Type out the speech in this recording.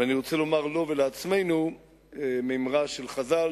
ואני רוצה לומר לו ולעצמנו ממרה של חז"ל,